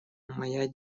моя